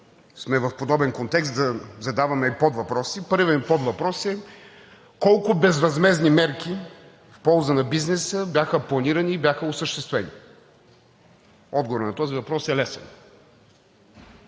сме в подобен контекст, да задаваме и подвъпроси, първият ми подвъпрос е: колко безвъзмездни мерки в полза на бизнеса бяха планирани и бяха осъществени? Отговорът на този въпрос е лесен,